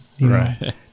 right